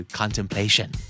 contemplation